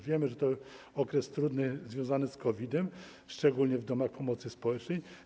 Wiemy, że to okres trudny, związany z COVID-em, szczególnie w domach pomocy społecznej.